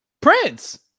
prince